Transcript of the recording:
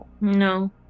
No